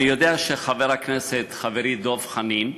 אני יודע שחבר הכנסת, חברי דב חנין,